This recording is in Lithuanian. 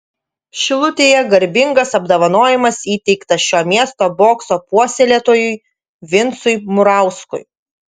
šilutėje garbingas apdovanojimas įteiktas šio miesto bokso puoselėtojui vincui murauskui